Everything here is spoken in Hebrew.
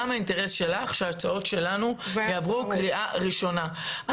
גם האינטרס שלך הוא שההצעות שלנו יעברו בקריאה ראשונה.